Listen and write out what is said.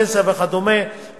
פנסיה וכדומה,